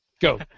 Go